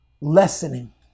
lessening